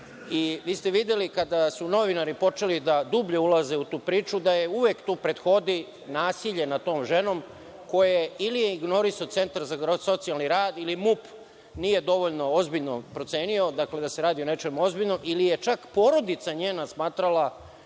i vi ste videli kada su novinari počeli da dublje ulaze u tu priču da uvek tu prethodi nasilje nad tom ženom, koje je ili ignorisao Centar za socijalni rad ili MUP nije dovoljno ozbiljno procenio da se radi o nečem ozbiljnom ili je čak porodica njena smatrala